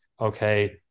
Okay